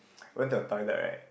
went to the toilet right